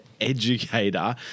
educator